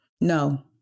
No